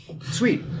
Sweet